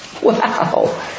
Wow